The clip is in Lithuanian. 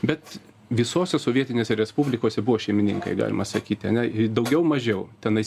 bet visose sovietinėse respublikose buvo šeimininkai galima sakyti ane daugiau mažiau tenais